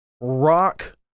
Rock